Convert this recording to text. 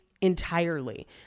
entirely